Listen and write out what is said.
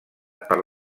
per